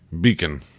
beacon